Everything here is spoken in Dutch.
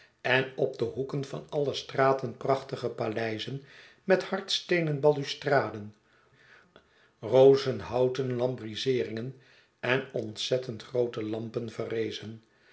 en op de hoeken van alle straten prachtige paleizen met hardsteenen balustraden rozenhouten lambriseeringen en ontzettend groote lampen verrezen